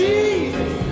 Jesus